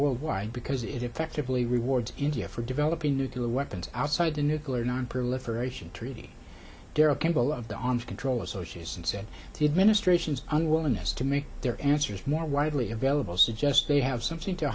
worldwide because it effectively rewards india for developing nuclear weapons outside the nuclear nonproliferation treaty daryl kimball of the arms control association said to administration's unwillingness to make their answers more widely available suggests they have something to